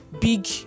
big